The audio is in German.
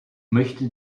möchte